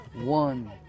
one